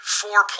four